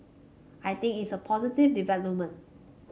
I think it's a positive development